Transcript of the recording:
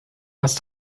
must